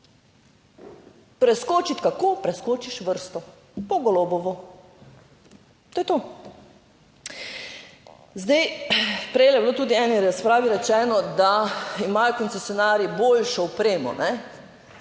Preskočiti, kako preskočiš vrsto po Golobovo, to je to. Zdaj, prej je bilo tudi v eni razpravi rečeno, da imajo koncesionarji boljšo opremo,